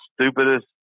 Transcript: stupidest